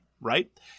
Right